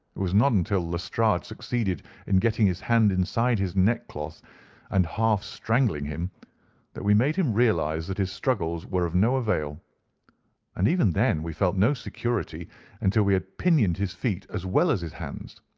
it was not until lestrade succeeded in getting his hand inside his neckcloth and half-strangling him that we made him realize that his struggles were of no avail and even then we felt no security until we had pinioned his feet as well as his hands.